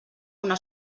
una